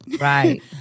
right